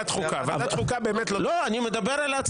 אני לא מדבר על ועדת החוקה.